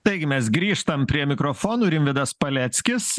taigi mes grįžtam prie mikrofonų rimvydas paleckis